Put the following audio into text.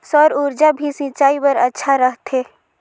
सौर ऊर्जा भी सिंचाई बर अच्छा रहथे?